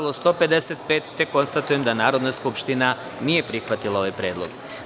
Konstatujem da Narodna skupština nije prihvatila ovaj predlog.